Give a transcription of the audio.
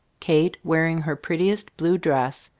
kate, wearing her prettiest blue dress,